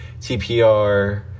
TPR